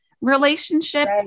relationship